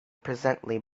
presently